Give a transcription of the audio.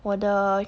我的